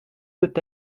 peut